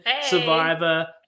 survivor